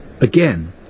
Again